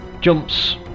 jumps